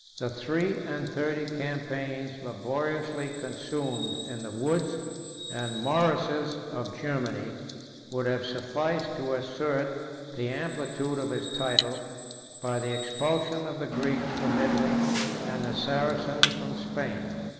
the three-and-thirty campaigns laboriously consumed in the woods and morasses of germany would have sufficed to assert the amplitude of his title by the expulsion of the greeks from italy and the saracens from spain.